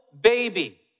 baby